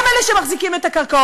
הם אלה שמחזיקים את הקרקעות.